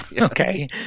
okay